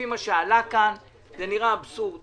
וכך שאנחנו מצליחים להעביר את שני הדברים